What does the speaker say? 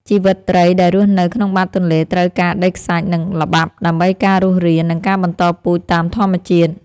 ជីវិតត្រីដែលរស់នៅក្នុងបាតទន្លេត្រូវការដីខ្សាច់ និងល្បាប់ដើម្បីការរស់រាន និងការបន្តពូជតាមធម្មជាតិ។